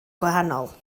gwahanol